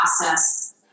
process